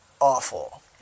awful